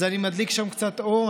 אז אני מדליק שם קצת אור,